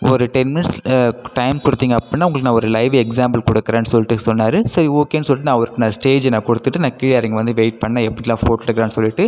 ஒரு ten minutes time கொடுத்தீங்க அப்படின்னா உங்களுக்கு நான் ஒரு லைவ் எக்ஸாம்பிள் கொடுக்கறேன்னு சொல்லிட்டு சொன்னார் சரி ஓகேன்னு சொல்லிட்டு நான் அவருக்கு நான் ஸ்டேஜ் நான் கொடுத்துவிட்டு நான் கீழே இறங்கி வந்து வெயிட் பண்ணேன் எப்படில்லாம் ஃபோட்டோ எடுக்குறான்னு சொல்லிட்டு